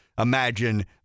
imagine